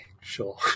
sure